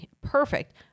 perfect